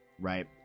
right